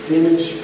image